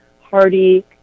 hardy